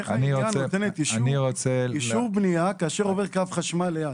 איך העירייה נותנת אישור בנייה כאשר עובר קו חשמל ליד?